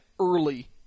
Early